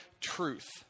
truth